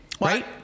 Right